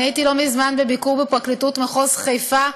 הייתי לא מזמן בביקור בפרקליטות במחוז חיפה,